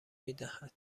میدهد